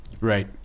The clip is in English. Right